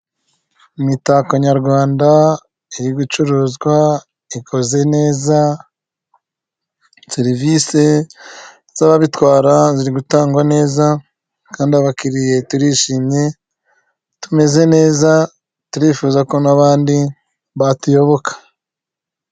Imitako nyarwanda iri gucuruzwa, ikoze neza, serivisi z'ababitwara ziri gutangwa neza, kandi abakiriya turishimye tumeze neza, turifuza ko n'abandi batuyoboka.